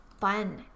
fun